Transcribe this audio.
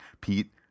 Pete